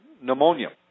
pneumonia